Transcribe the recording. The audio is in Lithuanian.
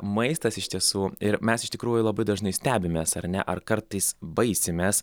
maistas iš tiesų ir mes iš tikrųjų labai dažnai stebimės ar ne ar kartais baisimės